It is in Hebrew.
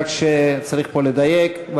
רק שצריך פה לדייק.